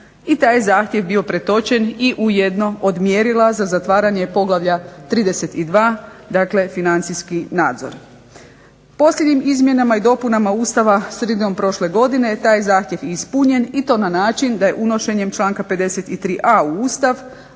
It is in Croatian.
i taj je zahtjev bio pretočen i u jedno od mjerila za zatvaranje poglavlja 32., dakle financijski nadzor. Posljednjim izmjenama i dopunama Ustava sredinom prošle godine taj je zahtjev ispunjen, i to na način da je unošenjem članka 53.a u Ustav